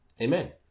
amen